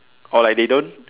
or like they don't